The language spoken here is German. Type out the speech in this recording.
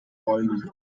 bäumen